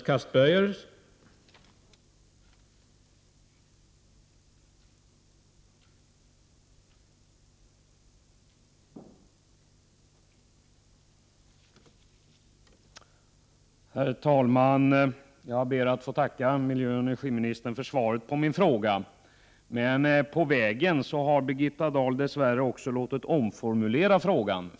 Herr talman! Jag ber att få tacka miljöoch energiministern för svaret på min fråga. Men på vägen har Birgitta Dahl dess värre låtit omformulera frågan.